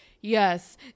Yes